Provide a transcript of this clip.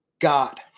God